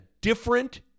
different